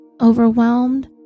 overwhelmed